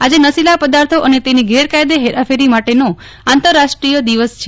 આજે નશીલા પદાર્થો અને તેની ગેરકાયદે હેરાફેરી માટેનો આંતરરાષ્ટ્રીય દિવસ છે